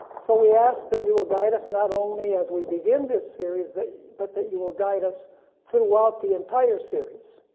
so we ask that you will guide us not only as we begin this series but that you will guide us throughout the entire series.